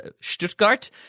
Stuttgart